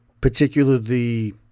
particularly